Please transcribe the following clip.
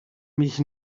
mich